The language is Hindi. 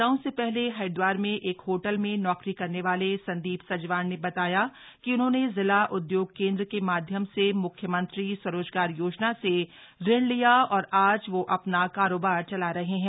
लॉकडाउन से हले हरिद्वार में एक होटल में नौकरी करने वाले संदी सजवाण ने बताया कि उन्होंने जिला उद्योग केन्द्र के माध्यम से मुख्यमंत्री स्वरोजगार योजना से ऋण लिया और आज वह अ ना कारोबार चला रहे है